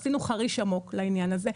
עשינו חריש עמוק לעניין הזה.